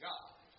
God